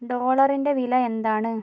ഡോളറിൻ്റെ വില എന്താണ്